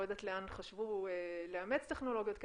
אני לא יודעת לאן חשבו לאמץ טכנולוגיות כאלה?